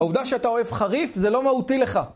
העובדה שאתה אוהב חריף זה לא מהותי לך.